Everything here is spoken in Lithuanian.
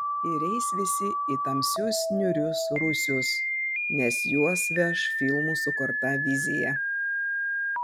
ir eis visi į tamsius niūrius rūsius nes juos veš filmų sukurta vizija